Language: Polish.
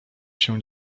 się